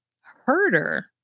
Herder